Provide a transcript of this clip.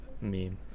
meme